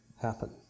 happen